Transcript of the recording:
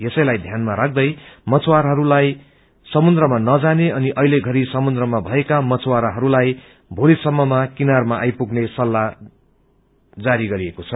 यसलाई मध्यनजर राख्दै मछुवाराहरूलाई समुन्द्रमा नजाने अनि अहिलेघरि समुन्द्रमा भएका मछुवाराहरूलाई भोली सम्मा किनारमा आईपुग्ने सल्लाह जारी गरिएको छ